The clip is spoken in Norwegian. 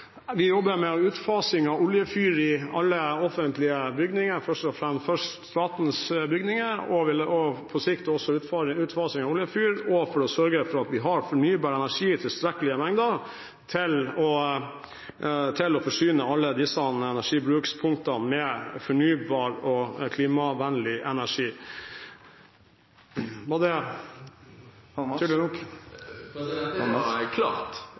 Vi jobber med utfasing av oljefyr i alle offentlige bygninger, først statens bygninger, og vil på sikt også utfase oljefyr for å sørge at vi har fornybar energi i tilstrekkelige mengder til å forsyne alle disse energibrukspunktene med fornybar og klimavennlig energi. Var det tydelig nok? Det var klart.